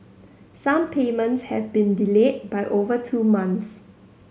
some payments have been delayed by over two months